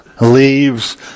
leaves